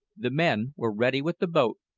the men were ready with the boat,